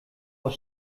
aus